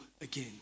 again